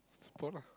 support lah